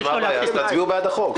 תצביעו בעד החוק.